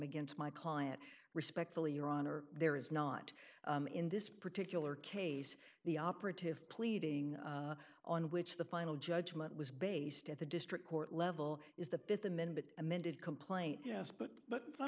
against my client respectfully your honor there is not in this particular case the operative pleading on which the final judgment was based at the district court level is the th amendment amended complaint yes but but let